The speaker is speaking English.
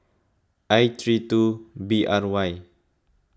I three two B R Y